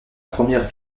première